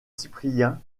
cyprien